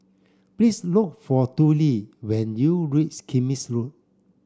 please look for Tollie when you reach Kismis Road